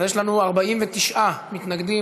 49 נגד,